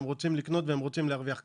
הם רוצים לקנות והם רוצים להרוויח כסף,